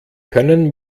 können